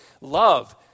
love